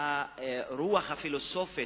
שר האוצר